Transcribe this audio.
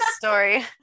story